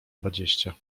dwadzieścia